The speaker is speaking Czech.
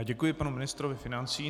Děkuji panu ministrovi financí.